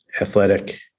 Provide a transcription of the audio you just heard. athletic